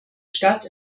stadt